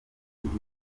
ibiri